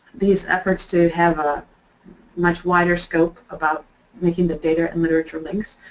these efforts to have a much wider scope about making the data and literature links,